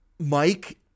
Mike